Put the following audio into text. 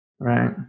Right